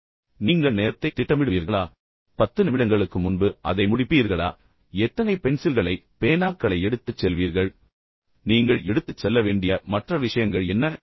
இவ்வளவு நேரத்தை செலவிடுங்கள் நீங்கள் நேரத்தைத் திட்டமிடுவீர்களா பத்து நிமிடங்களுக்கு முன்பு அதை முடிக்க முயற்சிப்பீர்களா எத்தனை பென்சில்களை எடுத்துச் செல்வீர்கள் எத்தனை பேனாக்களை எடுத்துச் செல்ல வேண்டும் நீங்கள் எடுத்துச் செல்ல வேண்டிய மற்ற விஷயங்கள் என்ன